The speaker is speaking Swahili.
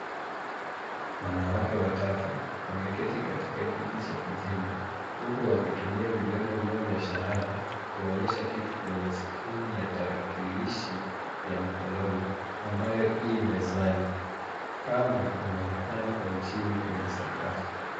Wanawake watatu wameketi katika kiti cha kijivu, huku wakitumia vidole vyao vya shahada kuonyesha kitu kwenye skrini ya tarakilishi ya mkononi ambayo i mezani. Kamba inaonekana kwa uchini kwenye sakafu.